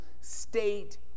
state